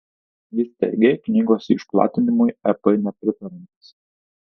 jis teigė knygos išplatinimui ep nepritariantis